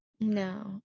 no